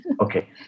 okay